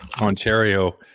Ontario